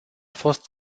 fost